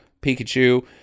Pikachu